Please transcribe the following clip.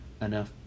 enough